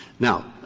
now,